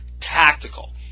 Tactical